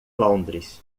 londres